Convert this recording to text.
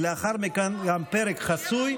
ולאחר מכן גם פרק חסוי,